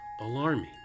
alarming